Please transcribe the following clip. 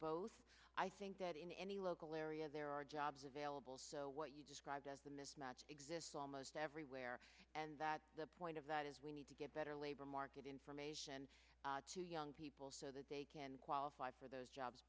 both i think that in any local area there are jobs available so what you described as a mismatch exists almost everywhere and that the point of that is we need to get better labor market information to young people so that they can qualify for those jobs